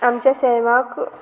आमच्या सैमाक